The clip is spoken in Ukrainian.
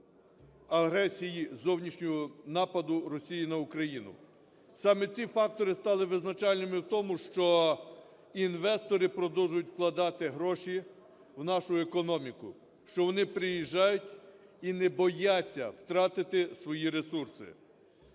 агресії зовнішнього нападу Росії на Україну. Саме ці фактори стали визначальними в тому, що інвестори продовжують вкладати гроші в нашу економіку, що вони приїжджають і не бояться втратити свої ресурси.